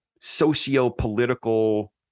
socio-political